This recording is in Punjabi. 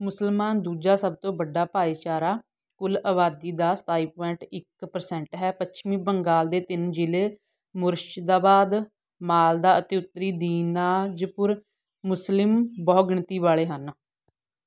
ਮੁਸਲਮਾਨ ਦੂਜਾ ਸਭ ਤੋਂ ਵੱਡਾ ਭਾਈਚਾਰਾ ਕੁੱਲ ਆਬਾਦੀ ਦਾ ਸਤਾਈ ਪੁਆਇੰਟ ਇੱਕ ਪਰਸੈਂਟ ਹੈ ਪੱਛਮੀ ਬੰਗਾਲ ਦੇ ਤਿੰਨ ਜ਼ਿਲ੍ਹੇ ਮੁਰਸ਼ਿਦਾਬਾਦ ਮਾਲਦਾ ਅਤੇ ਉੱਤਰ ਦੀਨਾਜਪੁਰ ਮੁਸਲਿਮ ਬਹੁਗਿਣਤੀ ਵਾਲੇ ਹਨ